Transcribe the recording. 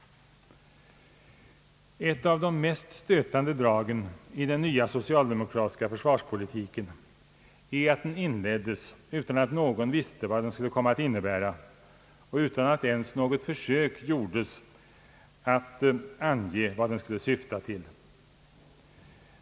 Ett av de mest stötande dragen i den nya socialdemokratiska försvarspolitiken är att den inleddes utan att någon visste vad den skulle komma att innebära och utan att ens något försök gjordes att ange vad den skulle syfta till.